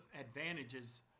advantages